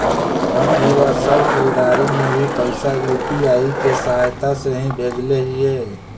हम इ बार सब खरीदारी में भी पैसा यू.पी.आई के सहायता से ही भेजले हिय